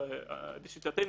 במיוחד בצד של משקיעים,